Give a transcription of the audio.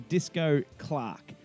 Disco-Clark